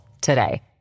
today